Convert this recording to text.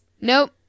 Nope